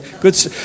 Good